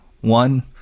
one